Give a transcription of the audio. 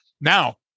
Now